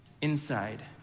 inside